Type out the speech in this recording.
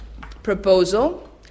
proposal